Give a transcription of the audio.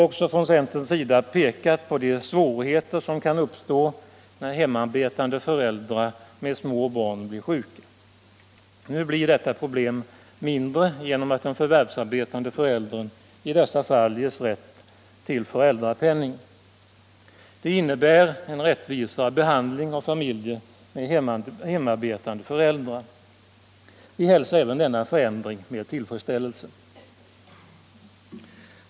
Vi har också pekat på de svårigheter som kan uppstå, när hemarbetande förälder med små barn blir sjuk. Nu blir detta problem mindre genom att den förvärvsarbetande föräldern i dessa fall ges rätt till föräldrapenning. Det innebär en rättvisare behandling av familjer med hemarbetande förälder. Vi hälsar även denna förändring med tillfredsställelse.